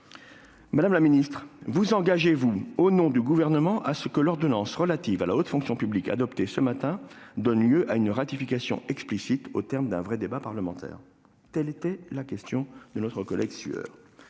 Madame la ministre, vous engagez-vous, au nom du Gouvernement, à ce que l'ordonnance relative à la haute fonction publique adoptée ce matin donne lieu à une ratification explicite, au terme d'un vrai débat parlementaire ?» Vous n'avez pas répondu à la question,